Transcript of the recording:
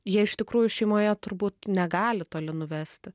jie iš tikrųjų šeimoje turbūt negali toli nuvesti